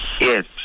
Yes